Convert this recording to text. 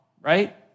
right